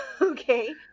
Okay